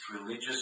religious